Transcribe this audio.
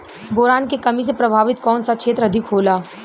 Boron के कमी से प्रभावित कौन सा क्षेत्र अधिक होला?